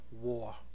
war